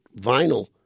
vinyl